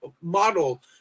model